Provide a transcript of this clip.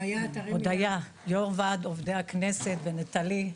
יו"ר ועד עובדי הכנסת ונטלי,